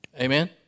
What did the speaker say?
Amen